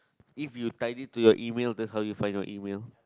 if you tidy to your email that's how you find your email